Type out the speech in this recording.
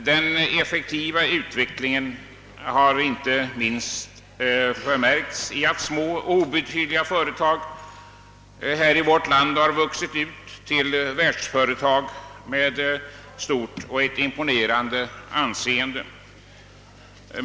Den effektiva utvecklingen har inte minst förmärkts i att små obetydliga företag i vårt land vuxit ut till världsföretag med stort och imponerande anseende.